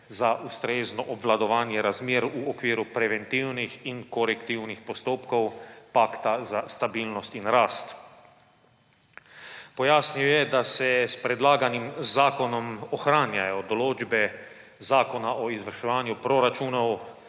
za ustrezno obvladovanje razmer v okviru preventivnih in korektivnih postopkov pakta za stabilnost in rast. Pojasnil je, da se s predlaganim zakonom ohranjajo določbe Zakona o izvrševanju proračunov